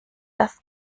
das